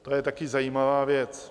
To je taky zajímavá věc.